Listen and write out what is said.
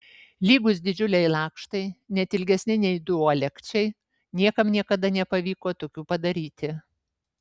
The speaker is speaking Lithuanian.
lygūs didžiuliai lakštai net ilgesni nei du uolekčiai niekam niekada nepavyko tokių padaryti